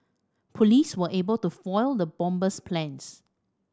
police were able to foil the bomber's plans